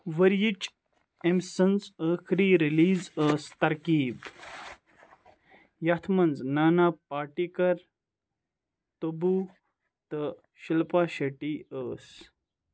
ؤرۍ یِچ أمۍ سٕنٛز ٲخٕری ریلیٖز ٲس ترکیٖب یَتھ منٛز نانا پاٹیکر تبو تہٕ شِلپا شیٹی ٲسۍ